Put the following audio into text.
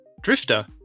Drifter